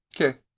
Okay